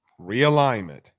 realignment